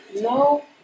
No